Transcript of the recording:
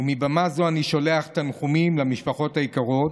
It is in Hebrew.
ומבמה זו אני שולח תנחומים למשפחות היקרות,